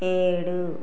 ఏడు